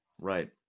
Right